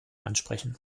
ansprechen